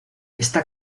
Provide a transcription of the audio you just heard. está